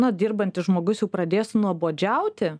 na dirbantis žmogus jau pradės nuobodžiauti